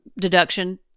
deduction